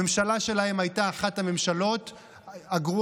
הממשלה שלהם הייתה אחת הממשלות הגרועות,